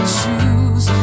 shoes